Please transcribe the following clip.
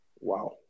wow